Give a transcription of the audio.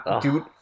Dude